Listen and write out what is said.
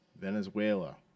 Venezuela